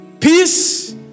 Peace